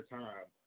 time